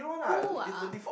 who ah